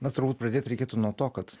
na turbūt pradėt reikėtų nuo to kad